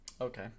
Okay